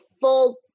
full